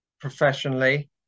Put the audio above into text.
professionally